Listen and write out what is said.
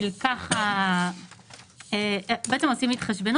במצב של ויתור על הדרגה עושים התחשבנות.